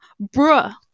Bruh